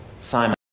Simon